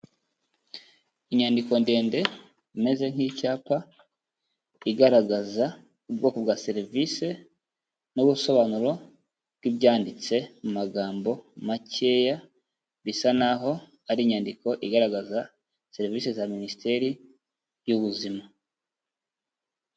Inyandiko ndende imeze nk'icyapa igaragaza ubwoko bwa serivisi n'ubusobanuro bw'ibyanditse mu magambo makeya, bisa naho aho ari inyandiko igaragaza serivisi za Minisiteri y'Ubuzima.